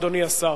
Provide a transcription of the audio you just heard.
אדוני השר?